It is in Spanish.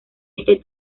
este